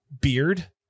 beard